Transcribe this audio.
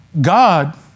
God